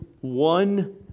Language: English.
one